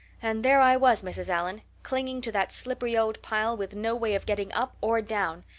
and there i was, mrs. allan, clinging to that slippery old pile with no way of getting up or down.